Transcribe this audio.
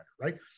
right